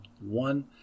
one